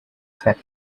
set